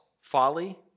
folly